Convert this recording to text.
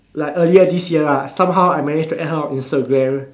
like earlier this year right somehow I managed to add her on Instagram